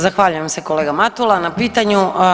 Zahvaljujem se kolega Matula na pitanju.